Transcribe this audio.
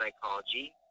Psychology